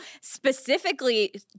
specifically